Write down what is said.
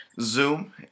zoom